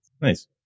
Nice